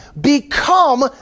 become